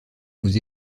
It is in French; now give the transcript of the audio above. vous